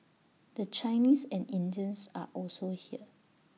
the Chinese and Indians are also here